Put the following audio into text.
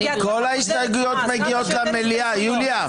כל ההסתייגויות מגיעות למליאה, יוליה.